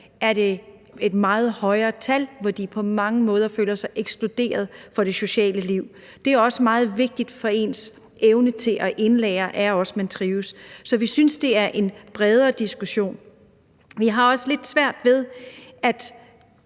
Det er et meget høj tal for, hvor mange der på mange måder føler sig ekskluderet fra det sociale liv. Det er også meget vigtigt for ens evne til at lære, at man trives. Så vi synes, det er en bredere diskussion. Vi har også lidt svært ved at